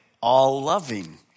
all-loving